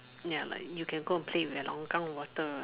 ya like you can go and play with the longkang water ah